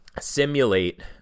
simulate